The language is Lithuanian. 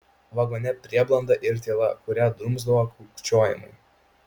vagone prieblanda ir tyla kurią drumsdavo kūkčiojimai